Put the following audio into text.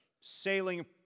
sailing